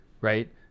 right